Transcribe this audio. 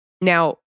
Now